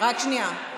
רק שנייה.